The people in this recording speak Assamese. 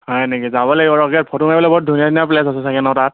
হয় নেকি যাব লাগিব আকে ফটো মাৰিবলৈ বৰ ধুনীয়া ধুনীয়া প্লেছ আছে চাগে ন তাত